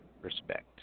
respect